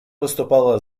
выступала